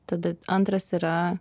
tada antras yra